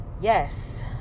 yes